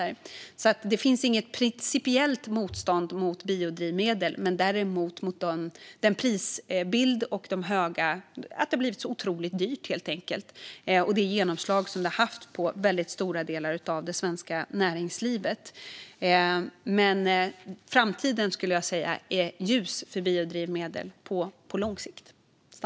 Det finns alltså inget principiellt motstånd mot biodrivmedel men däremot mot prisbilden - att det blivit så otroligt dyrt, helt enkelt - och det genomslag det har haft på väldigt stora delar av det svenska näringslivet. Jag skulle dock säga att framtiden för biodrivmedel är ljus på lång sikt.